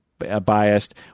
biased